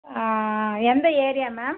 எந்த area ma'am